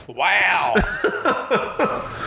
Wow